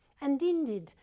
and, indeed,